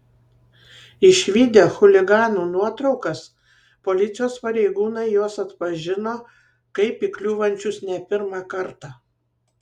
išvydę chuliganų nuotraukas policijos pareigūnai juos atpažino kaip įkliūvančius ne pirmą kartą